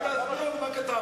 וגם להסביר לנו מה כתבנו.